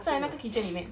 在那个 kitchen 里面